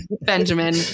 Benjamin